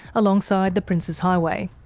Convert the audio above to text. alongside the princes highway.